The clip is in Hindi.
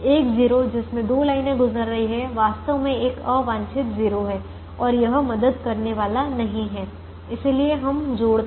एक 0 जिसमें दो लाइनें गुजर रही हैं वास्तव में एक अवांछित 0 है और यह मदद करने वाला नहीं है इसलिए हम जोड़ते हैं